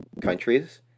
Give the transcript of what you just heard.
countries